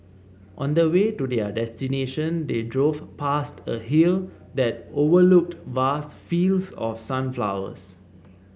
on the way to their destination they drove past a hill that overlooked vast fields of sunflowers